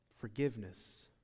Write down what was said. forgiveness